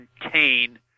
contain